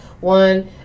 One